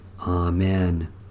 Amen